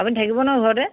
আপুনি থাকিব নহয় ঘৰতে